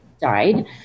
died